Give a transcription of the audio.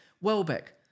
Welbeck